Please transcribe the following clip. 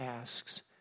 asks